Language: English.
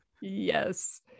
yes